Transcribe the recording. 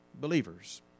believers